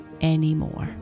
anymore